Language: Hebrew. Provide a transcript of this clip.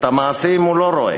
את המעשים הוא לא רואה.